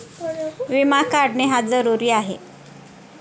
विमा काढणे का जरुरी आहे?